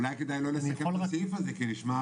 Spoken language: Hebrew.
אולי כדאי לא לסכם את הסעיף הזה כי אולי נראה